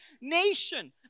nation